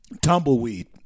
tumbleweed